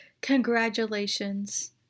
Congratulations